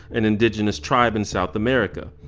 an indigenous tribe in south america.